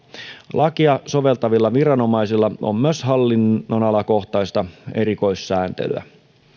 lakia soveltavilla viranomaisilla on myös hallinnonalakohtaista erikoissääntelyä